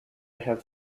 have